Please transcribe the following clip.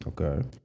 okay